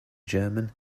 german